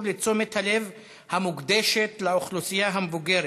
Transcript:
לתשומת הלב המוקדשת לאוכלוסייה המבוגרת,